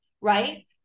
right